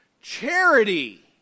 charity